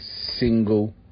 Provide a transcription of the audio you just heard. single